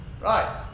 Right